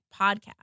podcast